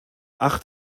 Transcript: acht